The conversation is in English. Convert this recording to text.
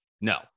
No